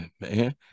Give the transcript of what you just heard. man